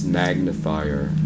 magnifier